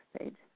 page